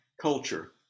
culture